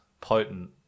potent